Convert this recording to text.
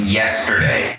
yesterday